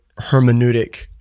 hermeneutic